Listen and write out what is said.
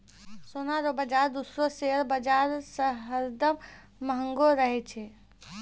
सोना रो बाजार दूसरो शेयर बाजार से हरदम महंगो रहै छै